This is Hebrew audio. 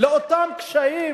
לאותם קשיים,